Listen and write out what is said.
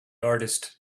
artist